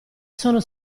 sono